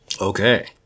Okay